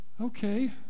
Okay